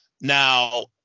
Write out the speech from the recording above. Now